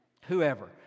whoever